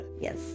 Yes